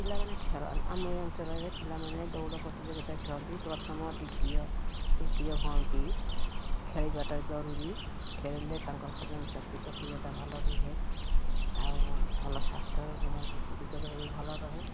ପିଲାମାନେ ଖେଳ ଆମ ଏ ଅଞ୍ଚଳ ରେ ପିଲାମାନେ ଦୌଡ଼ ପ୍ରତିଯୋଗିତା ଖେଳନ୍ତି ପ୍ରଥମ ଦ୍ୱିତୀୟ ତୃତୀୟ ହୁଅନ୍ତି ଖେଳିବାଟା ଜରୁରୀ ଖେଳିଲେ ତାଙ୍କର ହଜମ ଶକ୍ତି ପ୍ରକ୍ରିୟାଟା ଭଲ ରୁହେ ଆଉ ଭଲ ସ୍ୱାସ୍ଥ୍ୟ ଦିଗଟ ବି ଭଲ ରହେ